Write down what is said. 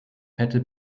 fette